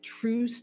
true